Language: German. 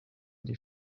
die